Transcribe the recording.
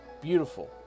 beautiful